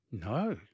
No